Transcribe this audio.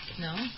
No